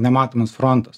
nematomas frontas